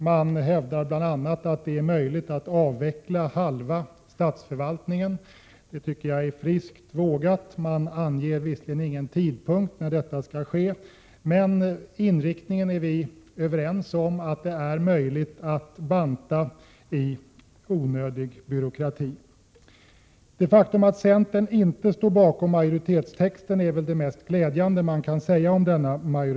Man hävdar bl.a. att det är möjligt att avveckla halva statsförvaltningen. Det tycker jag är friskt vågat, även om man inte i motionen anger någon tidpunkt när detta skall ske. Inriktningen är vi överens om: det är möjligt att banta i byråkratin. Det faktum att centern inte står bakom majoritetstexten är väl det mest positiva man kan säga om denna text.